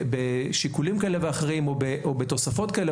בשיקולים כאלה ואחרים או בתוספות כאלה